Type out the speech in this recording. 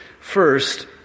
First